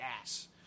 ass